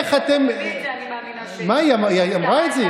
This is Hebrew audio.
הדבר היחיד שאנחנו מסוגלים לשתף בו פעולה עם